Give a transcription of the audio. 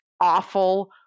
awful